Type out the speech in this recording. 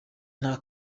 nta